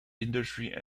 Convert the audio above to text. industry